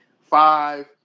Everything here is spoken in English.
five